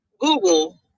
Google